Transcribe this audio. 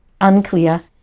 unclear